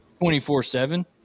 24-7